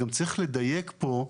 צריך גם לדייק פה מחדש,